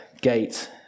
gate